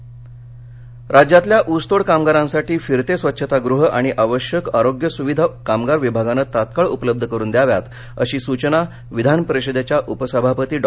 ऊस तोडणी कामगार राज्यातल्या ऊसतोड कामगारांसाठी फिरते स्वच्छतागृह आणि आवश्यक आरोग्य सुविधा कामगार विभागानं तात्काळ उपलब्ध करुन द्याव्यात अशा सूचना विधानपरिषदेच्या उपसभापती डॉ